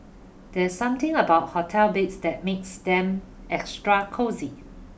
there's something about hotel beds that makes them extra cosy